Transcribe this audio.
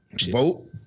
Vote